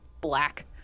black